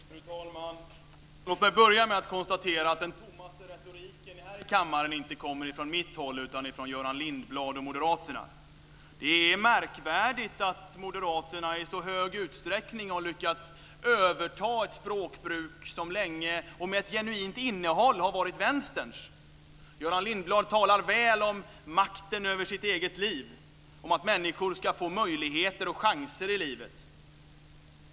Fru talman! Låt mig börja med att konstatera att den tommaste retoriken här i kammaren inte kommer från mitt håll utan från Göran Lindblad och moderaterna. Det är märkvärdigt att moderaterna i så stor utsträckning har lyckats överta ett språkbruk som länge och med ett genuint innehåll har varit Vänsterns. Göran Lindblad talar väl om makten över sitt eget liv, om att människor ska få möjligheter och chanser i livet.